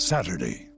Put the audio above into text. Saturday